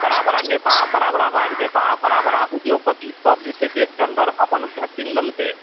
बड़ा बड़ा नेता बड़ा बड़ा राजनेता बड़ा बड़ा उद्योगपति सब जे छै देशके अन्दर अपन वैक्सीन लेलकइ